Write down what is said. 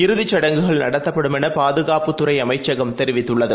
இறுதிச் சுடங்குகள் நடத்தப்படும் என பாதுகாப்புத்துறை அமைச்சகம் தெரிவித்துள்ளது